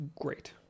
great